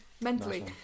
mentally